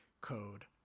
code